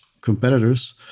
competitors